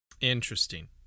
Interesting